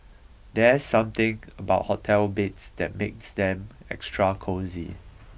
there's something about hotel beds that makes them extra cosy